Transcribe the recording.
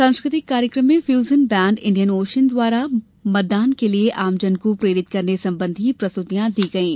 सांस्कृतिक कार्यक्रम में फ्यूजन बैंड इंडियन आशियन द्वारा मतदान के लिये आमजन को प्रेरित करने संबंधी प्रस्तृतियां दी गयी